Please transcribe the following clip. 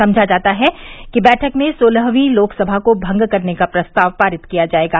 समझा जाता है कि बैठक में सोलहवीं लोकसभा को भंग करने का प्रस्ताव पारित किया जायेगा